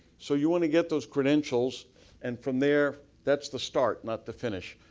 so, you want to get those credentials and from there that's the start not the finish,